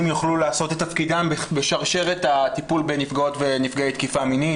יוכלו לעשות את תפקידם בשרשרת הטיפול בנפגעות ונפגעי תקיפה מינית.